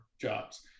jobs